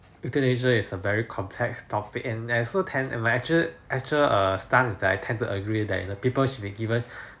euthanasia is a very complex topic and I also actual tend in my actual actual uh stance is that I tend to agree that you know people should be given